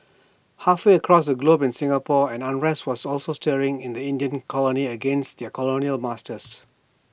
halfway across the globe in Singapore an unrest was also stirring in the Indian colony against their colonial masters